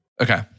Okay